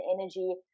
energy